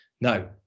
Now